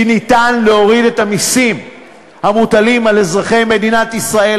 כי ניתן להוריד את המסים המוטלים על אזרחי מדינת ישראל,